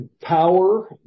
power